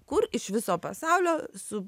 kur iš viso pasaulio su